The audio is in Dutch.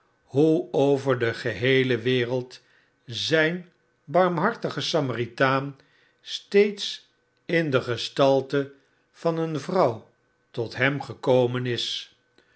hoe over de geheele wereld zijn barmhartige samaritaan steeds in de gestalte van een vrouw tot hem gekomen is